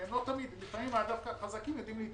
כי אנחנו רואים שדווקא החזקים יודעים להתלונן.